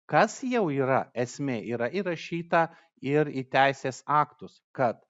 kas jau yra esmė yra įrašyta ir į teisės aktus kad